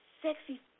sexy